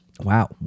Wow